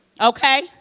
Okay